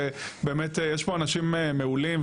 ובאמת יש פה אנשים מעולים,